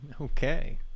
Okay